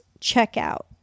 checkout